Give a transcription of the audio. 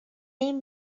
این